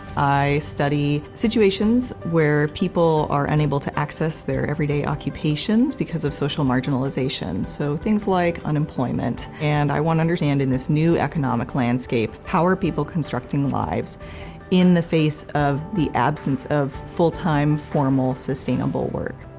i study situations where people are unable to access their everyday occupations because of social marginalization, so things like unemployment, and i want understand in this new economic landscape, how are people constructing lives in the face of the absence of full-time formal sustainable work.